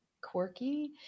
quirky